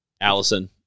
Allison